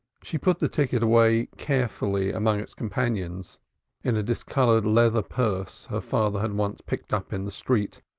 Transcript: she put the ticket away carefully among its companions in a discolored leather purse her father had once picked up in the street,